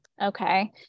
Okay